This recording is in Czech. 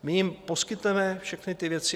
My jim poskytneme všechny ty věci.